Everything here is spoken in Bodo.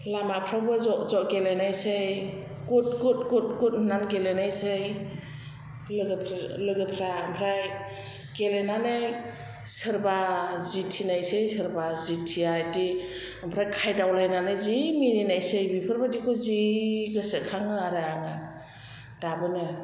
लामाफ्रावबो ज' ज' गेलेनायसै गुद गुद गुद गुद होननानै गेलेनायसै लोगोफ्रा आमफ्राय गेलेनानै सोरबा जिथिनायसै सोरबा जिथिआ बेदि आमफ्राय खायदावलायनानै जि मिनिनायसै बिफोरबायदिखौ जि गोसो खाङोआरो आङो दाबोनो